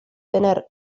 tener